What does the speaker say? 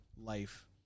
life